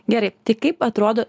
gerai tai kaip atrodo